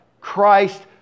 Christ